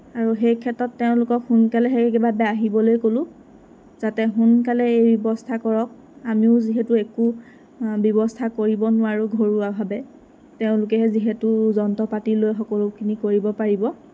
আৰু সেই ক্ষেত্ৰত তেওঁলোকক সোনকালে সেই কিবা আহিবলৈ ক'লোঁ যাতে সোনকালে এই ব্যৱস্থা কৰক আমিও যিহেতু একো ব্যৱস্থা কৰিব নোৱাৰোঁ ঘৰুৱাভাৱে তেওঁলোকেহে যিহেতু যন্ত্ৰপাতি লৈ সকলোখিনি কৰিব পাৰিব